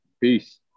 peace